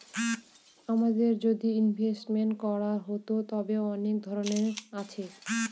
আমাদের যদি ইনভেস্টমেন্ট করার হতো, তবে অনেক ধরন আছে